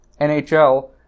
NHL